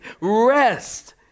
Rest